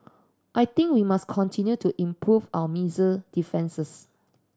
I think we must continue to improve our missile defences